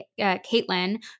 Caitlin